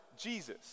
Jesus